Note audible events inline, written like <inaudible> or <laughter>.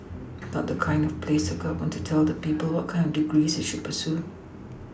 not the <unintelligible> of place of the Government to tell the people what kind of degree they should pursue